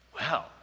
Wow